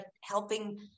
helping